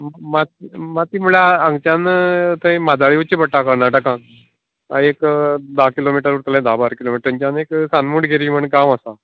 म मा मातीं म्हल्यार हांगाच्यान थंय म्हाजाळीं वयचे पडता कर्नाटका हय एक धा किलोमीटर उरतलें धा बारा किलोमीटर थंयचान एक सानमूड केरी म्हण गांव आसा